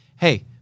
Hey